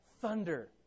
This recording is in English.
thunder